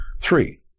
Three